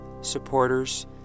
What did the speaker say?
supporters